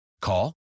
Call